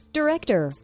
director